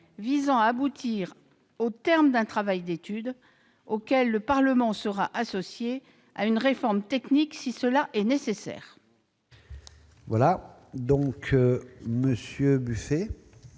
visant à aboutir, au terme d'un travail d'étude auquel le Parlement sera associé, à une réforme technique, si celle-ci est nécessaire.